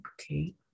Okay